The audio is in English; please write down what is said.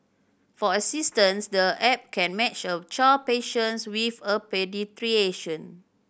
for instance the app can match a child patients with a